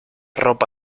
ropa